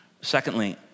Secondly